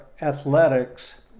athletics